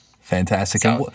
Fantastic